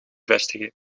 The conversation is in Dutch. vestigen